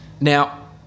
Now